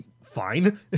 fine